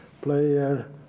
player